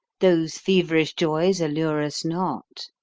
those feverish joys allure us not.